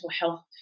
health